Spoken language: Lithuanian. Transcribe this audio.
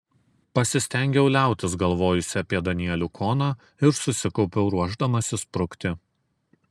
pasistengiau liautis galvojusi apie danielių koną ir susikaupiau ruošdamasi sprukti